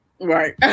Right